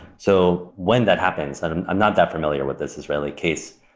so when that happens, and i'm i'm not that familiar with this israeli case,